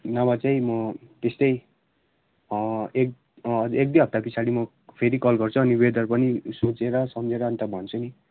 नभए चाहिँ म त्यस्तै एक एक दुई हप्तापछाडि म फेरि कल गर्छु अनि वेदर पनि सोचेर सम्झेर अनि त भन्छु नि